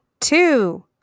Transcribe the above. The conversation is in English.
Two